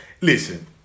listen